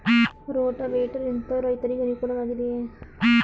Rotavator ಯಂತ್ರವು ರೈತರಿಗೆ ಅನುಕೂಲ ವಾಗಿದೆಯೇ?